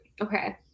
okay